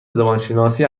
زبانشناسی